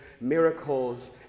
miracles